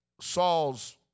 Saul's